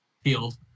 field